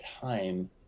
time